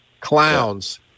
Clowns